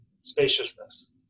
spaciousness